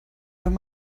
wenn